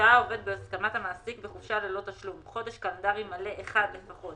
שהה העובד בהסכמת המעסיק בחופשה ללא תשלום חודש קלנדרי מלא אחד לפחות